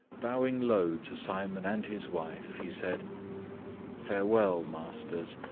bowing low to simon and his wife, he said farewell, masters.